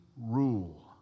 rule